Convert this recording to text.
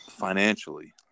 financially